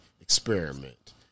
experiment